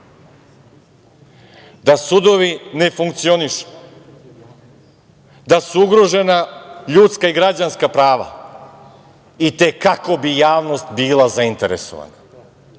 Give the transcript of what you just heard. da sudovi ne funkcionišu, da su ugrožena ljudska i građanska prava i te kako bi javnost bila zainteresovana,